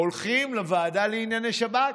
הולכים לוועדה לענייני שב"כ.